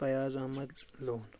Fayaz Ahmad لون